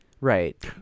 Right